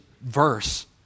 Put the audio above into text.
verse